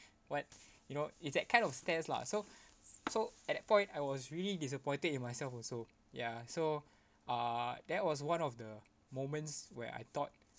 what you know it's that kind of stares lah so so at that point I was really disappointed in myself also ya so uh that was one of the moments where I thought